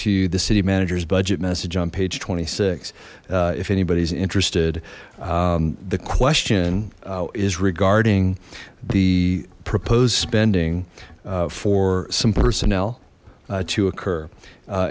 to the city manager's budget message on page twenty six if anybody is interested the question is regarding the proposed spending for some personnel to occur